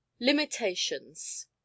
Limitations